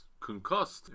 concussed